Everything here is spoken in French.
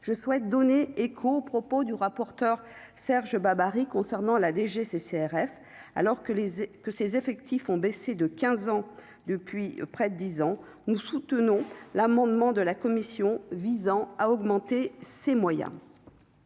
je souhaite donner écho aux propos du rapporteur Serge Babary concernant la DGCCRF, alors que les et que ses effectifs ont baissé de 15 ans depuis près de 10 ans, nous soutenons l'amendement de la commission visant à augmenter ses moyens.